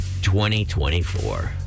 2024